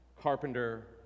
carpenter